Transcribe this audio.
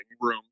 room